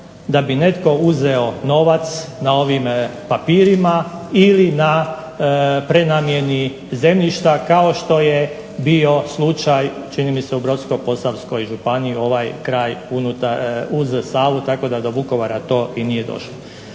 da bi netko uzeo novac na ovim papirima ili na prenamjeni zemljišta kao što je bio slučaj čini mi se u Brodsko-posavskoj županiji, ovaj kraj uz Savu tako da do Vukovara to i nije došlo.